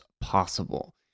possible